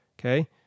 Okay